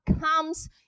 comes